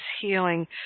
healing